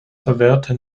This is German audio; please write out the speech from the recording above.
verwehrte